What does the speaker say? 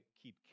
keep